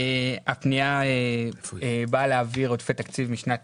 הפנייה באה להעביר עודפי תקציב משנת